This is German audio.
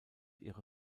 ihre